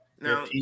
Now